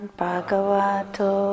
bhagavato